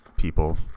people